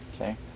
okay